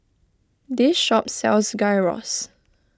this shop sells Gyros